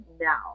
now